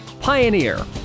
Pioneer